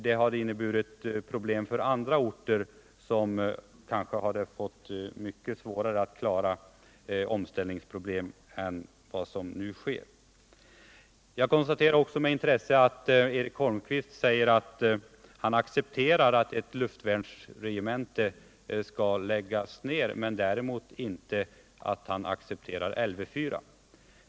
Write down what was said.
De hade inneburit problem för andra orter som kanske hade varit svårare att klara än vad som nu sker. Jag konstaterar också med intresse att Eric Holmqvist accepterar att ett luftvärnsregemente skall läggas ned, däremot accepterar han inte Lv 4.